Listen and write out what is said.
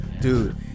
dude